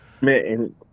Man